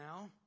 now